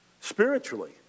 Spiritually